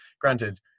Granted